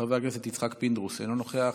חבר הכנסת יעקב טסלר, אינו נוכח,